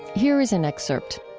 here is an excerpt